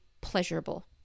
pleasurable